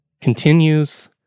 continues